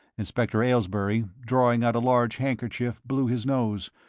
inspector aylesbury, drawing out a large handkerchief blew his nose.